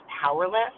powerless